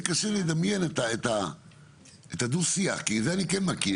לי לדמיין את הדו שיח, כי את זה אני כן מכיר.